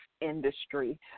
industry